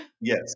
Yes